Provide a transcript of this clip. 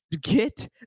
get